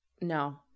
no